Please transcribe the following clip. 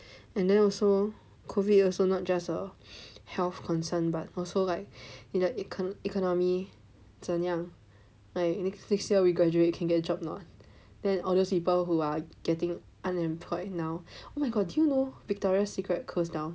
and then also COVID also not just a health concern but also like in the econ~ economy 怎样 by next year we graduate can get a job a not then all those people who are getting unemployed now oh my god do you know Victoria Secret closed down